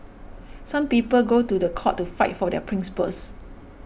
some people go to the court to fight for their principles